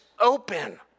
open